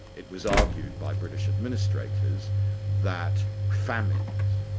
it was argued by british administrators that famines,